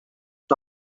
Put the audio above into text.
him